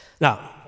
Now